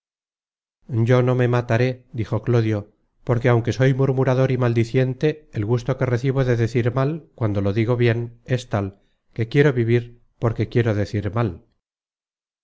yo no me mataré dijo clodio porque aunque soy murmurador y maldiciente el gusto que recibo de decir mal cuando lo digo bien es tal que quiero vivir porque quiero decir mal